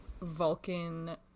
Vulcan